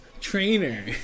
trainer